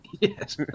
Yes